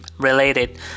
Related